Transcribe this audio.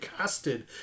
casted